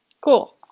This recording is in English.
Cool